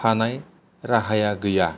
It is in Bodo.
हानाय राहाया गैया